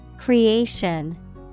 Creation